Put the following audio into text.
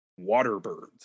Waterbirds